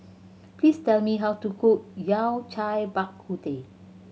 please tell me how to cook Yao Cai Bak Kut Teh